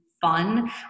fun